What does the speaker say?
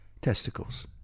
testicles